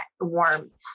warmth